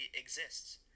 exists